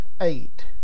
eight